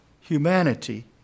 humanity